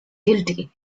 guilty